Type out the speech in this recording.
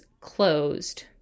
closed